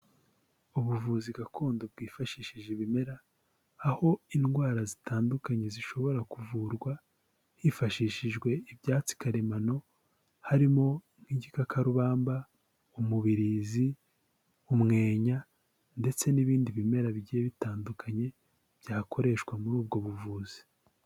Ubuvuzi gakondo bwifashishije ibimera, aho indwara zitandukanye zishobora kuvurwa hifashishijwe ibyatsi karemano, harimo nk'igikakarubamba, umubirizi, umwenya ndetse n'ibindi bimera bigiye bitandukanye byakoreshwa muri ubwo buvuzi.